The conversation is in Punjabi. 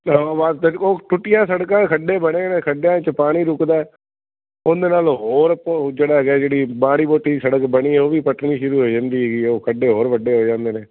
ਓਹ ਟੁੱਟੀਆਂ ਸੜਕਾਂ ਖੱਡੇ ਬੜੇ ਨੇ ਖੱਡਿਆਂ 'ਚ ਪਾਣੀ ਰੁਕਦਾ ਉਹਦੇ ਨਾਲ ਹੋਰ ਜਿਹੜਾ ਹੈਗਾ ਜਿਹੜੀ ਮਾੜੀ ਮੋਟੀ ਸੜਕ ਬਣੀ ਆ ਉਹ ਵੀ ਪੱਟਣੀ ਸ਼ੁਰੂ ਹੋ ਜਾਂਦੀ ਹੈਗੀ ਉਹ ਖੱਡੇ ਹੋਰ ਵੱਡੇ ਹੋ ਜਾਂਦੇ ਨੇ